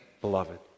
beloved